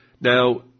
Now